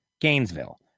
Gainesville